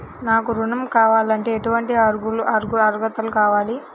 నాకు ఋణం కావాలంటే ఏటువంటి అర్హతలు కావాలి?